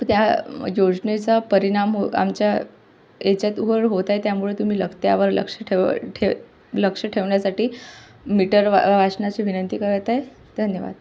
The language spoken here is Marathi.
त्या योजनेचा परिणाम हो आमच्या याच्यात उहवर होत आहे त्यामुळे तुम्ही ल त्यावर लक्ष ठेव ठे लक्ष ठेवण्यासाठी मीटर वा वाचनाची विनंती करत आहे धन्यवाद